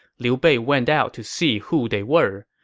liu bei went out to see who they were.